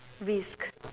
risk